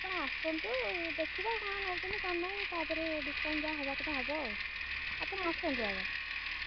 ଆପଣ ଆସନ୍ତୁ ଦେଖିବା କ'ଣ ନେଉଛନ୍ତି କ'ଣ ନାହିଁ ତା'ପରେ ଡିସ୍କାଉଣ୍ଟ୍ ଯାହା ହେବା କଥା ହେବ ଆଉ ଆପଣ ଆସନ୍ତୁ ଆଗ